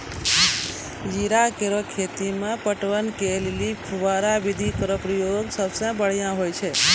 जीरा केरो खेती म पटवन लेलि फव्वारा विधि केरो प्रयोग सबसें बढ़ियां होय छै